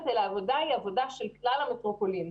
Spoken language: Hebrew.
אלא העבודה היא עבודה של כלל המטרופולין.